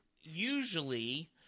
usually